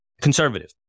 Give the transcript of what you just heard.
conservative